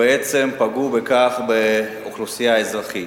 ובעצם פגעו בכך באוכלוסייה האזרחית,